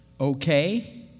Okay